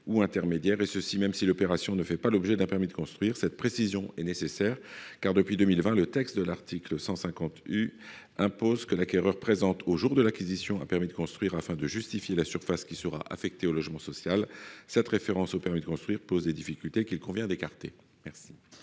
ou intermédiaires, et ce même si l’opération ne fait pas l’objet d’un permis de construire. Cette précision est nécessaire, car depuis 2020 le texte de l’article 150 U du code général des impôts impose que l’acquéreur présente, au jour de l’acquisition, un permis de construire afin de justifier la surface qui sera affectée au logement social. Cette référence au permis de construire pose des difficultés, qu’il convient d’écarter.